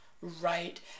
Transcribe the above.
right